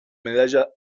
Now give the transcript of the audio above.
medalla